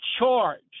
charged